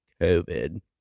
COVID